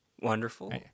Wonderful